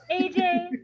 AJ